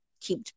keep